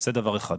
זה דבר אחד.